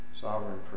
sovereign